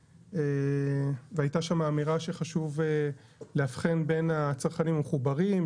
והיתה שם אמירה שחשוב לאבחן בין הצרכנים המחוברים,